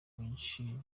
benshi